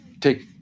take